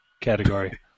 category